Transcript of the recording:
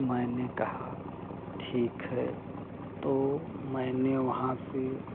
मैंने कहा ठीक है तो मैंने वहाँ से